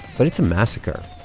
but it's a massacre